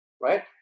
right